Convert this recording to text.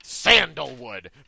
Sandalwood